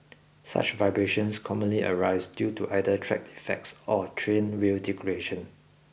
such vibrations commonly arise due to either track defects or train wheel degradation